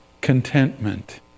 contentment